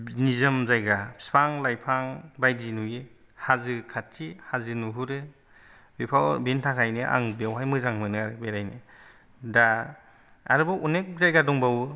निजोम जायगा फिफां लाइफां बायदि नुयो हाजो खाथि हाजो नुहुरो बोखौ बेनिथाखायनो आं बेवहाय मोजां मोनो आरो बेरायनो दा आरोबाउ अनेक जायगा दंबावो